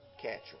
catcher